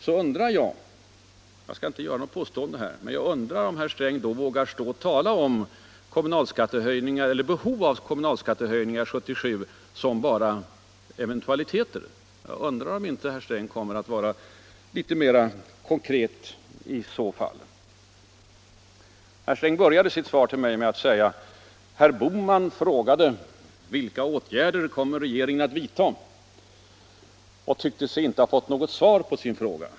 Då undrar jag — jag skall inte göra något påstående här — om herr Sträng vågar tala om behov av kommunalskattehöjningar 1977 såsom bara en eventualitet. Jag undrar om inte herr Sträng i så fall kommer att vara litet mera konkret. Herr Sträng började sitt svar till mig med att säga att jag frågade vilka åtgärder regeringen kommer att vidta och inte tyckte mig ha fått något svar på frågan.